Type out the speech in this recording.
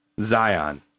Zion